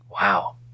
Wow